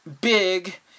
big